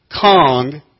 Kong